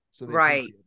Right